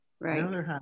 right